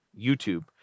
YouTube